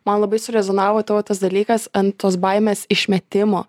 man labai surezonavo tavo tas dalykas ant tos baimės išmetimo